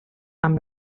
amb